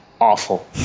awful